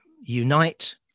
Unite